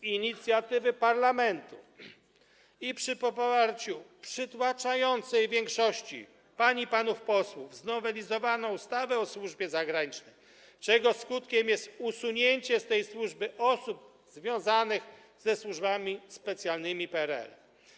Z inicjatywy parlamentu i przy poparciu przytłaczającej większości pań i panów posłów została znowelizowana ustawa o służbie zagranicznej, czego skutkiem jest usunięcie z tej służby osób związanych ze służbami specjalnymi PRL.